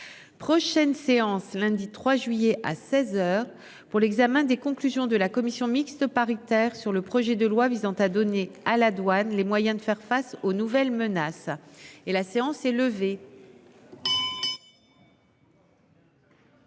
Prochaine séance lundi 3 juillet à 16h pour l'examen des conclusions de la commission mixte paritaire sur le projet de loi visant à donner à la douane, les moyens de faire face aux nouvelles menaces et la séance est levée.